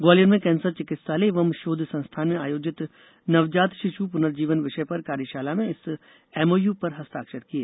ग्वालियर में कैंसर चिकित्सालय एवं शोध संस्थान में आयोजित नवजात शिश् पुनर्जीवन विषय पर कार्यशाला में इस एमओयू पर हस्ताक्षर किए